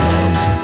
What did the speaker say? Love